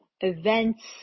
events